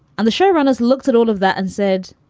and the showrunners looked at all of that and said,